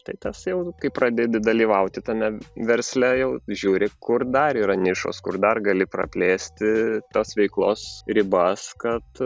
tai tas jau kai pradedi dalyvauti tame versle jau žiūri kur dar yra nišos kur dar gali praplėsti tas veiklos ribas kad